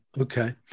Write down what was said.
okay